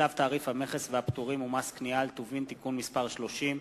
צו תעריף המכס והפטורים ומס קנייה על טובין (תיקון מס' 30),